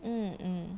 um